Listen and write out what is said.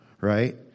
right